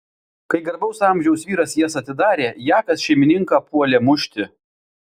kai garbaus amžiaus vyras jas atidarė jakas šeimininką puolė mušti